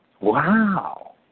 Wow